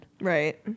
right